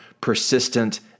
persistent